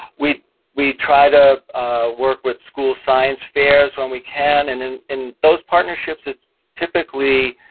we we try to work with school science fairs when we can, and in in those partnerships it's typically,